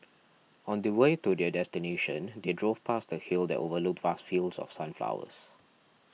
on the way to their destination they drove past a hill that overlooked vast fields of sunflowers